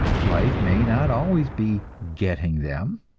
life may not always be getting them,